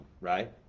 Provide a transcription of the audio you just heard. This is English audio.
right